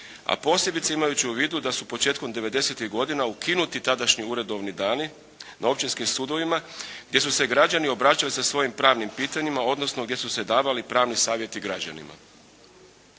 a posebice imajući u vidu da su početkom '90.-tih godina ukinuti tadašnji uredovni dani na općinskim sudovima gdje su se građani obraćali sa svojim pravnim pitanjima odnosno gdje su se davali pravni savjetni građanima.